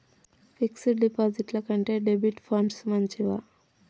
Fix డ్ డిపాజిట్ల కంటే డెబిట్ ఫండ్స్ మంచివా?